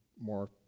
more